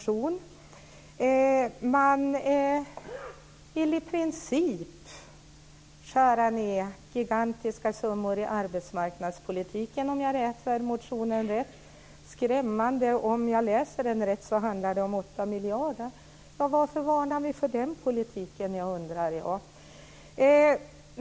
Kristdemokraterna vill i princip skära ned gigantiska summor i arbetsmarknadspolitiken, om jag läser motionen rätt. Det är skrämmande. Om jag läser den rätt handlar det om 8 miljarder. Varför varnar vi för den politiken?, det undrar jag.